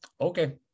Okay